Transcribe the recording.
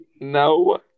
No